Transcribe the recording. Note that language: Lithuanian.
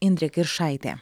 indrė kiršaitė